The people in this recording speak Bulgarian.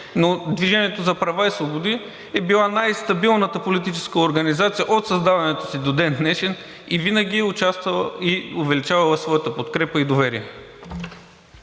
Но „Движение за права и свободи“ е била най-стабилната политическа организация от създаването си до ден днешен и винаги е участвала и увеличавала своята подкрепа и доверие.